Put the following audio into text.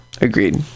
Agreed